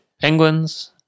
Penguins